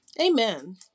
Amen